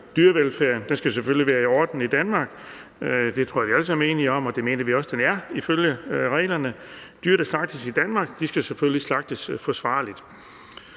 Dyrevelfærden skal selvfølgelig være i orden i Danmark. Det tror jeg at vi alle sammen er enige om, og det mener vi også at den er ifølge reglerne. Dyr, der slagtes i Danmark, skal selvfølgelig slagtes forsvarligt.